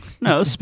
No